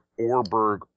Orberg